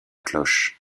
cloche